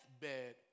deathbed